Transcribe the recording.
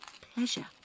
pleasure